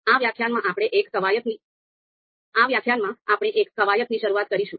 આ વ્યાખ્યાનમાં આપણે એક કવાયતની શરૂઆત કરીશું